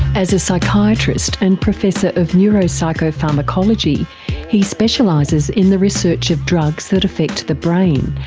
as a psychiatrist and professor of neuropsychopharmacology he specialises in the research of drugs that affect the brain,